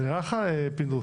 זה נראה לך, פינדרוס?